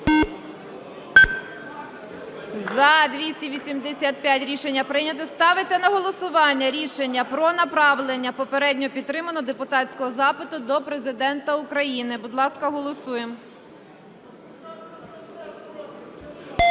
За-285 Рішення прийнято. Ставиться на голосування рішення про направлення попередньо підтриманого депутатського запиту до Президента України. Будь ласка, голосуємо.